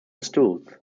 stools